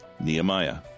Nehemiah